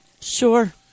Sure